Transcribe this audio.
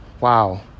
wow